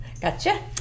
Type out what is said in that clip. Gotcha